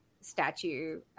statue